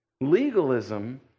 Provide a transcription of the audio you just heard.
Legalism